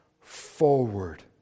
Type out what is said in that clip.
forward